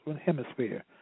Hemisphere